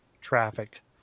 traffic